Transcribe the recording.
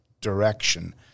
direction